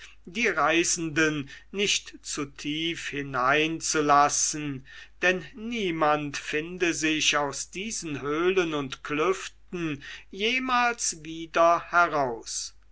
die reisenden nicht zu tief hineinzulassen denn niemand finde sich aus diesen höhlen und klüften jemals wieder heraus